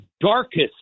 darkest